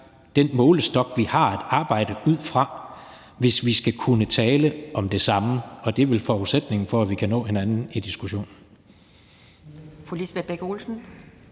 den målestok, vi har at arbejde ud fra, hvis vi skal kunne tale om det samme, og det er vel forudsætningen for, at vi kan nå hinanden i diskussionen.